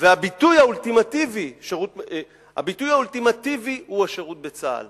והביטוי האולטימטיבי הוא השירות בצה"ל